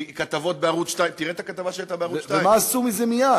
מכתבות בערוץ 2. תראה את הכתבה שהייתה בערוץ 2. ומה עשו עם זה מייד?